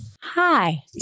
hi